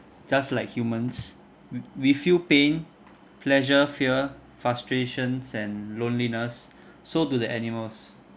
just like humans w~ we feel pain pleasure fear frustrations and loneliness so do the animals